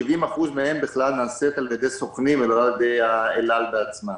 70% מהם בכלל נעשית על ידי סוכנים ולא על ידי אל-על בעצמה.